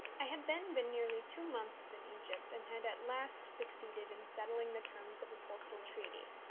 i had then been nearly two months in egypt, and had at last succeeded in settling the terms of a postal treaty.